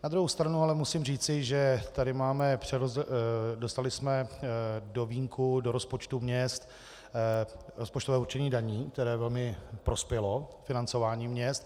Na druhou stranu ale musím říci, že tady máme přerozdělené dostali jsme do vínku do rozpočtu měst rozpočtové určení daní, které velmi prospělo financování měst.